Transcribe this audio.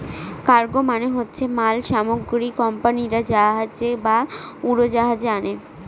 cargo মানে হচ্ছে মাল সামগ্রী কোম্পানিরা জাহাজে বা উড়োজাহাজে আনে